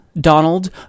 Donald